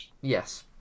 yes